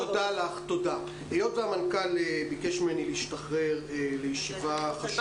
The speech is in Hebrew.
היות והמנכ"ל ביקש ממני להשתחרר לישיבה חשובה,